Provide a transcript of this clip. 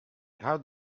how